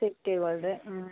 city gold ആ